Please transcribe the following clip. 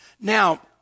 Now